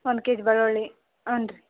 one K G ಬೆಳ್ಳುಳ್ಳಿ ಹ್ಞೂ ರೀ